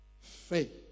faith